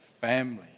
family